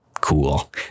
Cool